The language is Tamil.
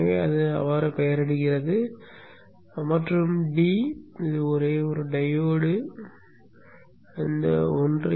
எனவே அது பெயரிடப்பட்டது மற்றும் d ஒரே ஒரு டையோடு 1